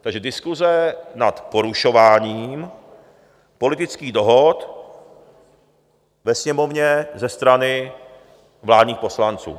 Takže diskuse nad porušováním politických dohod ve Sněmovně ze strany vládních poslanců.